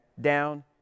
down